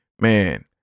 man